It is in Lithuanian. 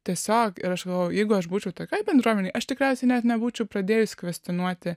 tiesiog ir aš galvojau jeigu aš būčiau tokioj bendruomenėj aš tikriausiai net nebūčiau pradėjus kvestionuoti